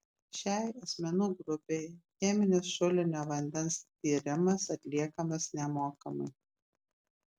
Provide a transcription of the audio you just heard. šiai asmenų grupei cheminis šulinio vandens tyrimas atliekamas nemokamai